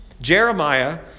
Jeremiah